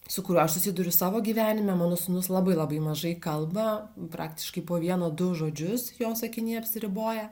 su kuriuo aš susiduriu savo gyvenime mano sūnus labai labai mažai kalba praktiškai po vienu du žodžius jo sakiniai apsiriboja